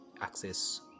access